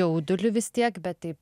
jauduliu vis tiek bet tai